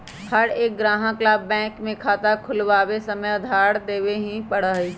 हर एक ग्राहक ला बैंक में खाता खुलवावे समय आधार देवे ही पड़ा हई